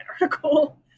article